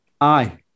Aye